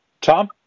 Tom